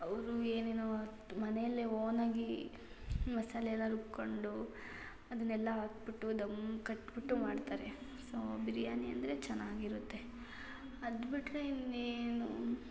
ಅವರು ಏನೇನೋ ಮನೆಯಲ್ಲೇ ಓನಾಗಿ ಮಸಾಲೆ ಎಲ್ಲ ರುಬ್ಬಿಕೊಂಡು ಅದನ್ನೆಲ್ಲ ಹಾಕಿಬಿಟ್ಟು ದಮ್ ಕಟ್ಟಿಬಿಟ್ಟು ಮಾಡ್ತಾರೆ ಸೊ ಬಿರ್ಯಾನಿ ಅಂದರೆ ಚೆನ್ನಾಗಿರುತ್ತೆ ಅದು ಬಿಟ್ಟರೆ ಇನ್ನೇನು